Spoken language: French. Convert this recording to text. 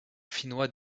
finnois